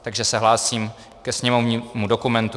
Takže se hlásím ke sněmovnímu dokumentu 1870.